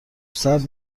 صبر